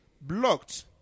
blocked